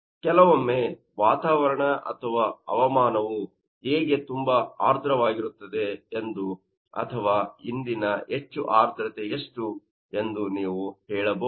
ಕೆಲವೊಮ್ಮೆ ವಾತಾವರಣ ಅಥವಾ ಹವಾಮಾನವು ಹೇಗೆ ತುಂಬಾ ಆರ್ದ್ರವಾಗಿರುತ್ತದೆ ಎಂದು ಅಥವಾ ಇಂದಿನ ಹೆಚ್ಚು ಆರ್ದ್ರತೆ ಎಷ್ಟು ಎಂದು ನೀವು ಹೇಳಬಹುದು